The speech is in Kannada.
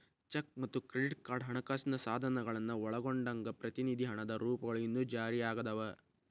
ಚೆಕ್ ಮತ್ತ ಕ್ರೆಡಿಟ್ ಕಾರ್ಡ್ ಹಣಕಾಸಿನ ಸಾಧನಗಳನ್ನ ಒಳಗೊಂಡಂಗ ಪ್ರತಿನಿಧಿ ಹಣದ ರೂಪಗಳು ಇನ್ನೂ ಜಾರಿಯಾಗದವ